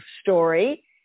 story